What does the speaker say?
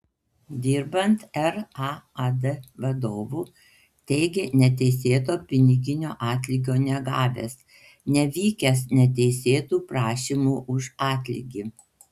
dirbant raad vadovu teigė neteisėto piniginio atlygio negavęs nevykęs neteisėtų prašymų už atlygį